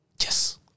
Yes